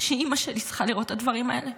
שאימא שלי צריכה לראות את הדברים האלה,